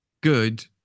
good